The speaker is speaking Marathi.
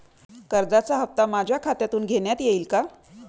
कर्जाचा हप्ता माझ्या खात्यातून घेण्यात येईल का?